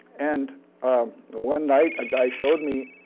and one night a guy showed me